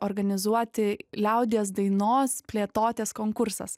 organizuoti liaudies dainos plėtotės konkursas